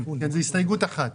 זה הסתייגות אחת.